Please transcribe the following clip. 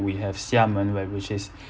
we have xiamen where which is